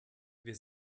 wir